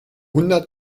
hundert